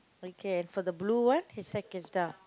okay for the blue one his sack is down